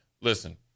listen